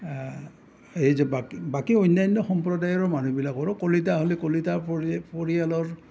এই যে বাকী বাকী অন্যান্য সম্প্ৰদায়ৰ মানুহবিলাকৰো কলিতা হ'লে কলিতা পৰিয়ে পৰিয়ালৰ